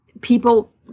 people